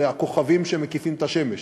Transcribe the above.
אלה הכוכבים שמקיפים את השמש,